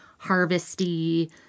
harvesty